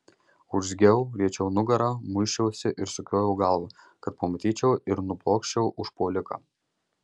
urzgiau riečiau nugarą muisčiausi ir sukiojau galvą kad pamatyčiau ir nublokščiau užpuoliką